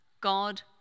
God